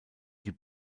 die